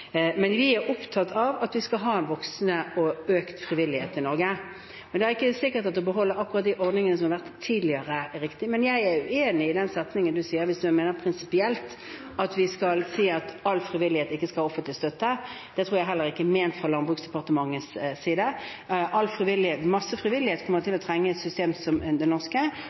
Vi er opptatt av at vi skal ha en voksende og økt frivillighet i Norge, men det er ikke sikkert at det å beholde akkurat de ordningene som har vært tidligere, er riktig. Men jeg er uenig i en setning fra representanten hvis det prinsipielt menes at vi skal si at frivillighet ikke skal ha offentlig støtte. Det tror jeg heller ikke er ment fra Landbruks- og matdepartementets side. Masse frivillighet kommer til å trenge et system som det norske,